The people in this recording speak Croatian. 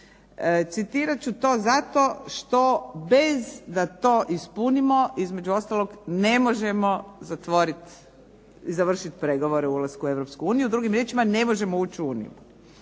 citirat ću to zato što bez da to ispunimo između ostaloga ne možemo zatvoriti, završiti pregovore oko ulaska u Europsku uniju, drugim riječima ne možemo ući u Uniju.